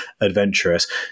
adventurous